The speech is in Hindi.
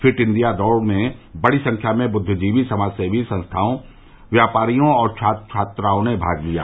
फिट इंडिया दौड़ में बड़ी संख्या में बुद्दिजीवी समाजसेवी संस्थाओं व्यापारियों और छात्र छात्राओं ने भाग लिया